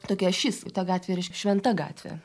tokia ašis į tą gatvę reiškia šventa gatvė